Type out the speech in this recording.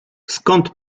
skąd